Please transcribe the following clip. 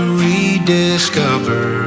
rediscover